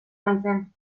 naizen